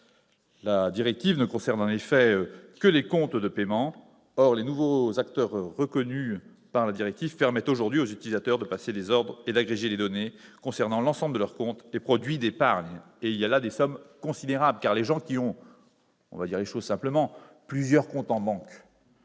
La directive ne concerne, en effet, que les comptes de paiement. Or les nouveaux acteurs reconnus par la directive permettent aujourd'hui aux utilisateurs de passer des ordres et d'agréger les données concernant l'ensemble de leurs comptes et produits d'épargne. Les sommes en jeu sont considérables, car les personnes qui possèdent plusieurs comptes en banque